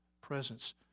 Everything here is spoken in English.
presence